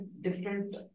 different